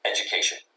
education